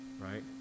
right